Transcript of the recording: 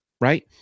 right